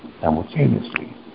simultaneously